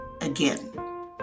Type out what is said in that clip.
again